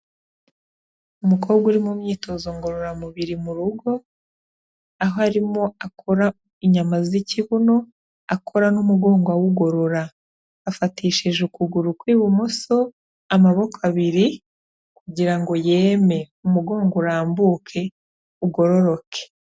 Umukobwa uri mu myitozo ngororamubiri mu rugo, aho arimo akora inyama z'ikibuno, akora n'umugongo awugorora. Afatishije ukuguru kw'ibumoso amaboko abiri kugira ngo yeme. Umugongo urambuke ugororoke.